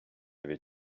avait